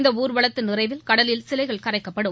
இந்த ஊர்வலத்தின் நிறைவில் கடலில் சிலைகள் கரைக்கப்படும்